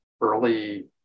early